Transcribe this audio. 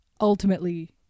ultimately